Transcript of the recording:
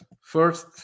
first